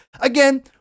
again